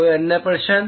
कोई अन्य प्रश्न